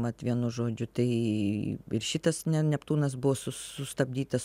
mat vienu žodžiu tai ir šitas ne neptūnas buvo su sustabdytas